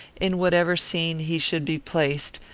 in whatever scene he should be placed,